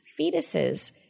fetuses